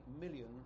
million